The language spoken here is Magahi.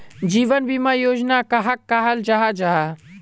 जीवन बीमा योजना कहाक कहाल जाहा जाहा?